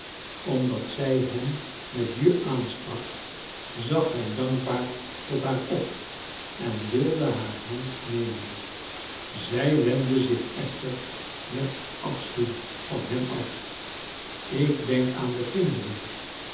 omdat zij hem met je aansprak zag hij dankbaar tot haar op en wilde haar hand nemen zij wendde zich echter met afschuw van hem af ik denk aan de kinderen